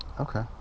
Okay